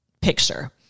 picture